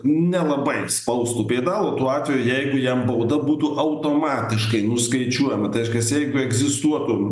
nelabai spaustų pėdalų tuo atveju jeigu jam bauda būtų automatiškai nuskaičiuojama tai reškias jeigu egzistuotų